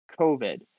COVID